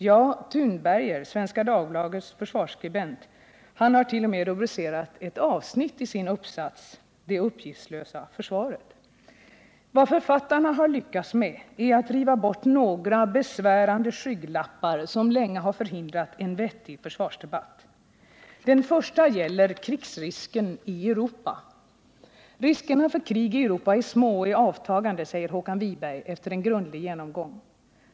Ja, Johan Thunberger, Svenska Dagbladets försvarsskribent, har t.o.m. rubricerat ett avsnitt i sin uppsats Det upgiftslösa försvaret. Vad författarna lyckats med är att riva bort några besvärande skygglappar som länge har förhindrat en vettig försvarsdebatt. Den första gäller krigsrisker i Europa. Riskerna för krig i Europa är små och i avtagande, säger Håkan Wiberg efter en grundlig genomgång.